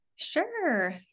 Sure